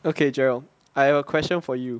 okay jarrell I have a question for you